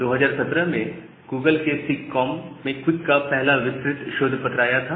2017 में गूगल के सिगकॉम में क्विक का पहला विस्तृत शोध पत्र आया था